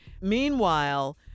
Meanwhile